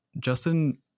Justin